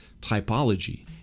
typology